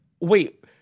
wait